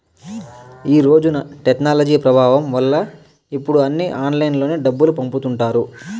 ఈ రోజున టెక్నాలజీ ప్రభావం వల్ల ఇప్పుడు అన్నీ ఆన్లైన్లోనే డబ్బులు పంపుతుంటారు